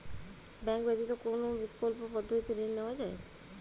Bank ব্যতিত কোন বিকল্প পদ্ধতিতে ঋণ নেওয়া যায়?